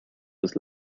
was